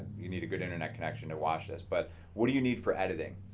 you need a good internet connection to watch this, but what do you need for editing?